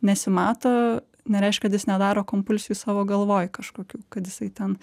nesimato nereiškia kad jis nedaro kompulsijų savo galvoj kažkokių kad jisai ten